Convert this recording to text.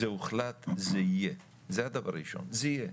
זה הוחלט, זה יהיה, זה הדבר הראשון, זה יהיה,